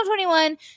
21